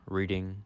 reading